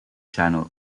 channel